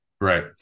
Right